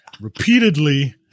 repeatedly